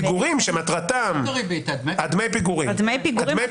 פיגורים שמטרתם ----- את דמי הפיגורים אתה